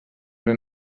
era